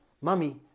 mummy